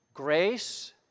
Grace